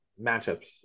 matchups